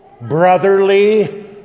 brotherly